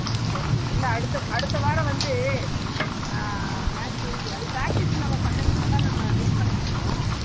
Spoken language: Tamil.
ஆ சரிமா இல்லை அடுத்த அடுத்த வாரம் வந்து மேட்ச் இருக்குது அது பிராக்ட்டிஸ் நம்ம பண்ணீன்னாங்க தான் நம்ம வின் பண்ண முடியும்